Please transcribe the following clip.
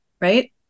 right